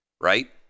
right